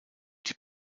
die